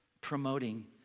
promoting